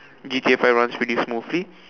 G_T_A five runs pretty smoothly